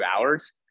hours